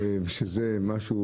שזה משהו